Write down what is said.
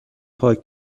پاک